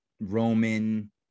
Roman